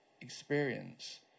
experience